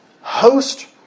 host